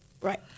Right